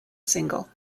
single